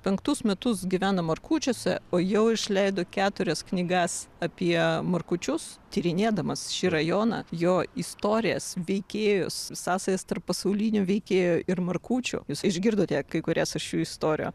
penktus metus gyvena markučiuose o jau išleido keturias knygas apie markučius tyrinėdamas šį rajoną jo istorijas veikėjus sąsajas tarp pasaulinių veikėjų ir markučių jūs išgirdote kai kurias iš šių istoriją